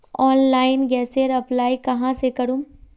Online गैसेर apply कहाँ से करूम?